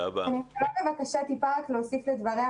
אני רוצה להוסיף משהו קצר לדבריה.